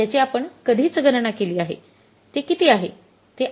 ज्याची आपण आधीच गणना केली आहे ते किती आहे